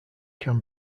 can